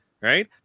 right